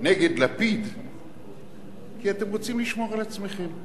נגד לפיד כי אתם רוצים לשמור על עצמכם,